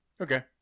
Okay